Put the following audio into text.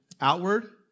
Outward